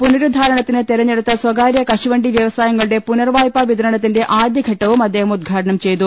പുനരുദ്ധാരണത്തിന് തിരഞ്ഞെടുത്ത സ്ഥകാര്യ കശുവണ്ടി വൃവസായങ്ങളുടെ പുനർവായ്പാ വിതരണത്തിന്റെ ആദ്യഘട്ടവും അദ്ദേഹം ഉദ്ഘാടനം ചെയ്തു